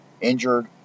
injured